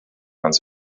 ganz